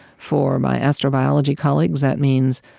for my astrobiology colleagues, that means,